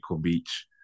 Beach